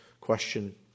question